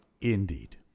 Indeed